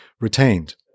retained